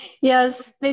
Yes